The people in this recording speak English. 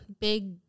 big